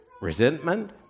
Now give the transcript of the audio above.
Resentment